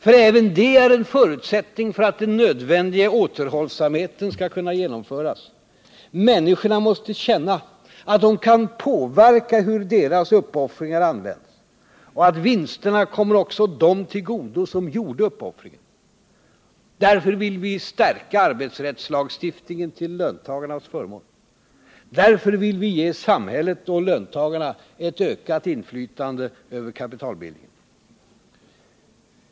För även det är en förutsättning för att den nödvändiga återhållsamheten skall kunna genomföras: människorna måste känna att de kan påverka hur deras uppoffringar används och att vinsterna också kommer dem till godo, som gjorde uppoffringen. Därför vill vi stärka arbetsrättslagstiftningen till löntagarnas förmån. Därför vill vi ge samhället och löntagarna ett ökat inflytande över kapitalbildningen.